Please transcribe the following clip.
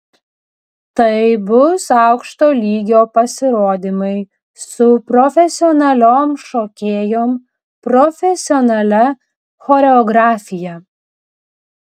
tai bus aukšto lygio pasirodymai su profesionaliom šokėjom profesionalia choreografija